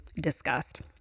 discussed